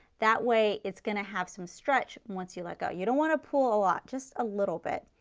that way it's going to have some stretch once you let go. you don't want to pull a lot, just a little bit.